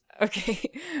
Okay